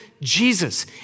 Jesus